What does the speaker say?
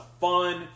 fun